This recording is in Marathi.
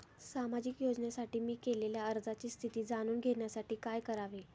सामाजिक योजनेसाठी मी केलेल्या अर्जाची स्थिती जाणून घेण्यासाठी काय करावे?